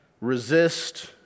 resist